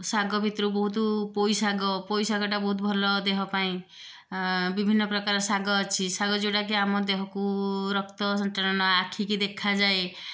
ଶାଗ ଭିତରୁ ବହୁତ ପୋଇ ଶାଗ ପୋଇ ଶାଗଟା ବହୁତ ଭଲ ଦେହ ପାଇଁ ବିଭିନ୍ନ ପ୍ରକାର ଶାଗ ଅଛି ଶାଗ ଯେଉଁଟା କି ଆମ ଦେହକୁ ରକ୍ତ ସଞ୍ଚାଳନ ଆଖି କି ଦେଖା ଯାଏ